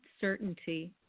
certainty